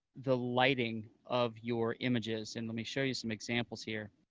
the lighting of your images, and let me show you some examples here.